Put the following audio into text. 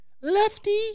Lefty